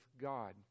God